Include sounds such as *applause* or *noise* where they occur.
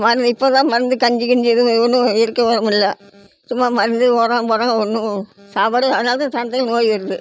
மருந்து இப்போ தான் மருந்து கஞ்சி கிஞ்சி எதுவும் ஒன்றும் இருக்கவே முடியல சும்மா மருந்து உரம் போடுறாங்க ஒன்றும் சாப்பாடு அதாவது *unintelligible* நோய் வருது